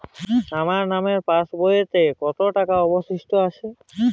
আমার নামের পাসবইতে কত টাকা অবশিষ্ট আছে?